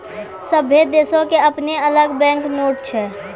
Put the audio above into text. सभ्भे देशो के अपनो अलग बैंक नोट छै